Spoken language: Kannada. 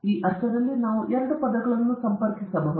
ಆ ಅರ್ಥದಲ್ಲಿ ನಾವು ಈ ಎರಡು ಪದಗಳನ್ನು ಸಂಪರ್ಕಿಸಬಹುದು